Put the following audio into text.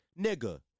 nigga